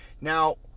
Now